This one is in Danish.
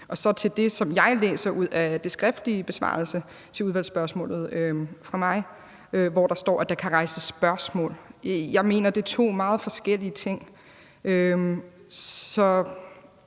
hensyn til det, som jeg læser ud af den skriftlige besvarelse til udvalgsspørgsmålet fra mig, hvor der står, at der kan rejses spørgsmål, mener jeg, at det er to meget forskellige ting. Så